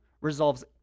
resolves